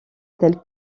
telle